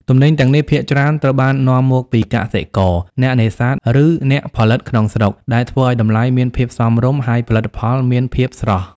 ទំនិញទាំងនេះភាគច្រើនត្រូវបាននាំមកពីកសិករ អ្នកនេសាទ ឬអ្នកផលិតក្នុងស្រុក ដែលធ្វើឱ្យតម្លៃមានភាពសមរម្យ ហើយផលិតផលមានភាពស្រស់។